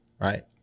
Right